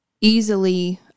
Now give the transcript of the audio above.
easily